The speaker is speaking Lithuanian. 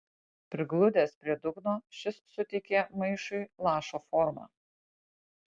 prigludęs prie dugno šis suteikė maišui lašo formą